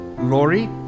Lori